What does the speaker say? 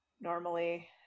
normally